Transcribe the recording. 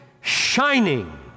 shining